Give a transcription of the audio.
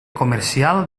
comercial